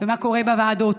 ומה קורה בוועדות.